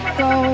go